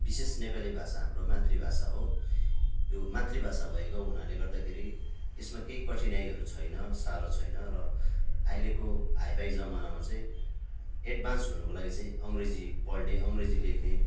विशेष नेपाली भाषा हाम्रो मातृभाषा हो यो मातृभाषा भएको हुनाले गर्दाखेरि यसमा केही कठिनाइहरू छैन साह्रो छैन र अहिलेको हाई फाई जमानामा चाहिँ एडवान्स हुनुको लागि चाहिँ अङ्ग्रेजी पढ्ने अङ्ग्रेजी लेख्ने